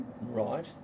Right